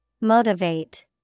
Motivate